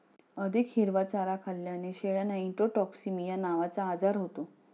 अधिक हिरवा चारा खाल्ल्याने शेळ्यांना इंट्रोटॉक्सिमिया नावाचा आजार होतो